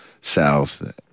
South